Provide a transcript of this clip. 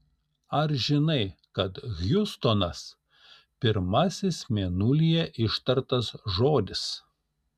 ar žinai kad hjustonas pirmasis mėnulyje ištartas žodis